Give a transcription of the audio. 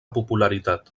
popularitat